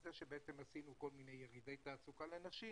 זה שעשינו כל מיני ירידי תעסוקה לנשים,